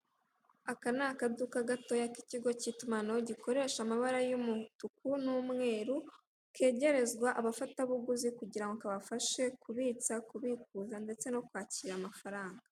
Aka ni akaduka k'ikigo k'itumanaho gikoresha amabara y'umutuku n'umweru kegerezwa abafatabuguzi kugira ngo kabafashe kubitsa, kubikuza ndetse no kwakira amafaranga.